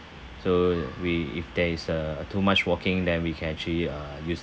so we if there is uh too much walking then we can actually uh use